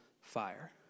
fire